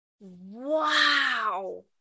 Wow